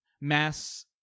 mass